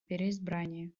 переизбрание